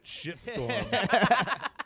shitstorm